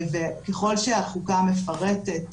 וככל שהחוקה מפרטת